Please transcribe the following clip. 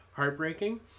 heartbreaking